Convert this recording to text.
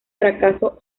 fracaso